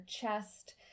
chest